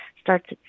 starts